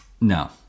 No